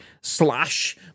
slash